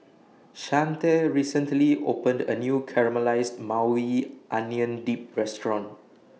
Shante recently opened A New Caramelized Maui Onion Dip Restaurant